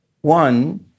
One